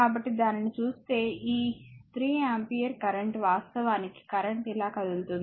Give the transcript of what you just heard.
కాబట్టిదానిని చూస్తే ఈ 3 ampere current వాస్తవానికి కరెంట్ ఇలా కదులుతుంది